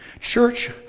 Church